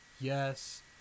yes